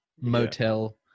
motel